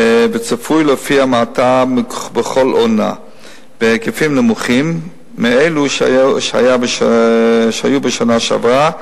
וצפוי להופיע מעתה בכל עונה בהיקפים נמוכים מאלו שהיו בשנה שעברה,